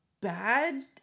bad